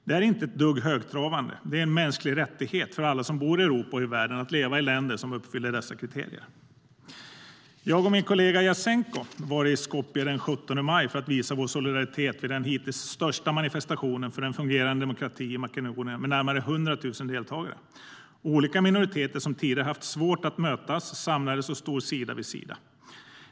Det är inte ett dugg högtravande - det är en mänsklig rättighet för alla som bor i Europa och världen att leva i länder som uppfyller kriterierna. Jag och min kollega Jasenko Omanovic var i Skopje den 17 maj för att visa vår solidaritet vid den hittills största manifestationen för en fungerande demokrati i Makedonien med närmare 100 000 deltagare. Olika minoriteter som tidigare haft svårt att mötas samlades och stod sida vid sida.